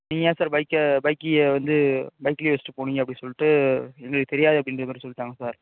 நீங்கள் ஏன் சார் பைக்கை பைக் கீயை வந்து பைக்லேயே வைச்சிட்டு போனீங்க அப்படின்னு சொல்லிட்டு எங்களுக்கு தெரியாது அப்படின்ற மாதிரி சொல்லிட்டாங்க சார்